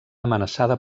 amenaçada